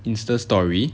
Insta story